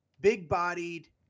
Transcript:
big-bodied